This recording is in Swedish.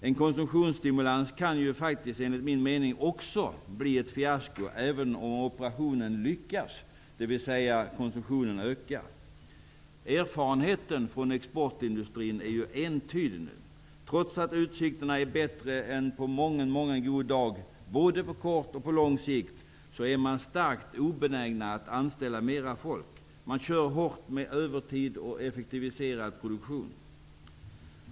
En konsumtionsstimulans kan ju faktiskt, enligt min mening, bli ett fiasko även om operationen lyckas, dvs. att konsumtionen ökar. Erfarenheten från exportindustrin är entydig. Trots att utsikterna är bättre än på mången god dag, både på kort och lång sikt, är man starkt obenägen att anställa fler människor. Företagen kör hårt med övertid och effektiviserad produktion.